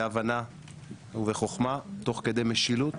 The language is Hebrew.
בהבנה ובחכמה תוך כדי משילות